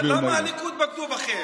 אבל למה הליכוד בגדו בכם?